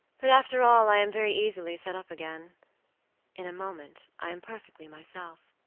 but after all i am very easily set up again in a moment i am perfectly myself.